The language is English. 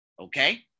okay